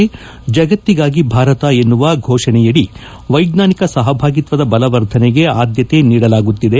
ಜಗತ್ತಿಗಾಗಿ ಭಾರತ ಎನ್ನುವ ಫೋಷಣೆ ಅಡಿ ವೈಜ್ಞಾನಿಕ ಸಹಭಾಗಿತ್ವದ ಬಲವರ್ಧನೆಗೆ ಆದ್ದತೆ ನೀಡಲಾಗುತ್ತಿದೆ